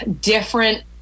different